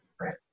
Right